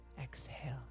Exhale